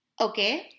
okay